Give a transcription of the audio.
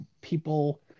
people